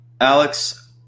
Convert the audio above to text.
Alex